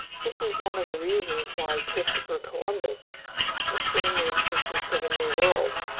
this is one of the reasons why christopher columbus assumed the existence of a new world.